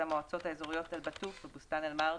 המועצות האזוריות אל-בטוף ובוסתן אל-מרג'),